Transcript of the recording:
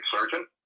surgeon